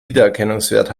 wiedererkennungswert